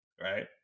right